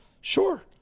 Sure